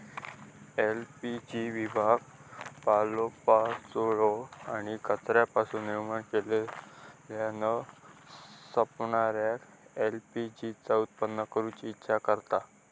LPG विभाग पालोपाचोळो आणि कचऱ्यापासून निर्माण केलेल्या न संपणाऱ्या एल.पी.जी चा उत्पादन करूची इच्छा करता